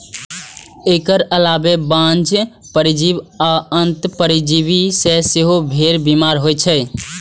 एकर अलावे बाह्य परजीवी आ अंतः परजीवी सं सेहो भेड़ बीमार होइ छै